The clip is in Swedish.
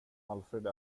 alfred